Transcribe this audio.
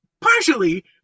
partially